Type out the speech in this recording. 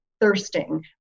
thirsting